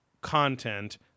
content